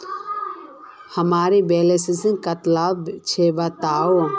हमार बैलेंस कतला छेबताउ?